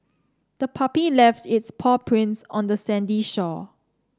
the puppy left its paw prints on the sandy shore